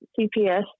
CPS